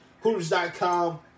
Hooters.com